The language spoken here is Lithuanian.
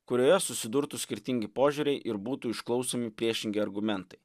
kurioje susidurtų skirtingi požiūriai ir būtų išklausomi priešingi argumentai